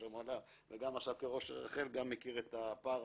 המל"ל וגם עכשיו כראש רח"ל מכיר את הפער,